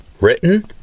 Written